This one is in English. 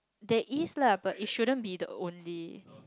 there is lah but it shouldn't be the only